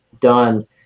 done